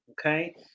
okay